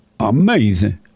Amazing